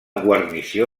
guarnició